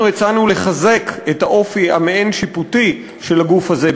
אנחנו הצענו לחזק את האופי המעין-שיפוטי של הגוף הזה,